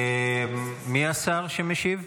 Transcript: מי השר שמשיב?